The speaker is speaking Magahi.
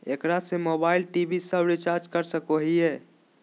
एकरा से मोबाइल टी.वी सब रिचार्ज कर सको हियै की?